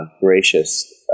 gracious